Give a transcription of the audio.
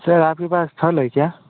sir आपके पास फल हैं क्या